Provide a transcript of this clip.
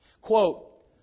Quote